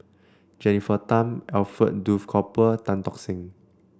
Jennifer Tham Alfred Duff Cooper Tan Tock Seng